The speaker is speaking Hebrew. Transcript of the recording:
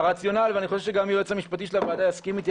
ואני חושב שגם היועץ המשפטי של הוועדה יסכים איתי,